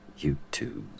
YouTube